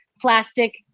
plastic